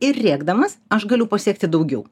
ir rėkdamas aš galiu pasiekti daugiau